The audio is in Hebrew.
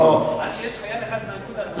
עד שיש חייל אחד מאגודה,